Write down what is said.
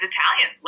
Italian